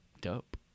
Dope